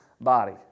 body